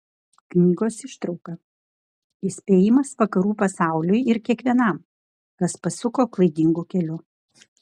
knygos ištrauka įspėjimas vakarų pasauliui ir kiekvienam kas pasuko klaidingu keliu